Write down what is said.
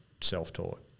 self-taught